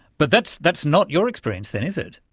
but that's that's not your experience then, is it?